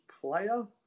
player